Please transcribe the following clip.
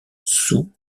sous